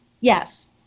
yes